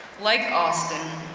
like austin,